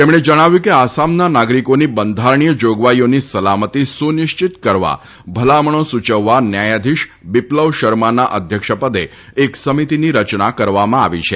તેમણે જણાવ્યું હતું કે આસામના નાગરિકોની બંધારણીય જોગવાઈઓની સલામતી સુનિશ્ચિત કરવા ભલામણો સૂયવવા ન્યાયાધીશ બિપ્લવ શર્માના અધ્યક્ષપદે એક સમિતીની રચના કરવામાં આવી છે